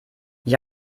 ihr